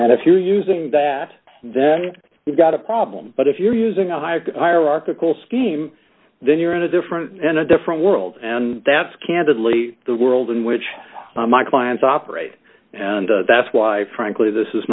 and if you're using that then you've got a problem but if you're using a higher hierarchical scheme then you're in a different and a different world and that's candidly the world in which my clients operate and that's why frankly d this is